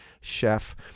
chef